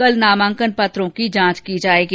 कल नामांकन पत्रों की जांच की जायेगी